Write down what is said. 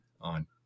on